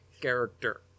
character